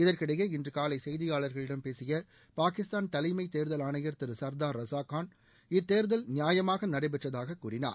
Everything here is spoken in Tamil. இதற்கிடையே இன்று காலை செய்தியாளர்களிம் பேசிய பாகிஸ்தான் தலைமை தேர்தல் ஆணையர் திரு சன்தார் ரஸாக்கான் இத் தேர்தல் நியாயமாக நடைபெற்றதாக கூறினார்